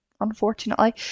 unfortunately